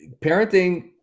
Parenting